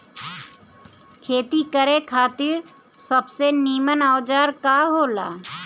खेती करे खातिर सबसे नीमन औजार का हो ला?